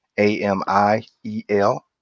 A-M-I-E-L